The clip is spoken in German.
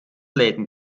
läden